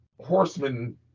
Horsemen